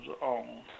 on